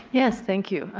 yes, thank you.